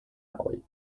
alley